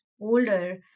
older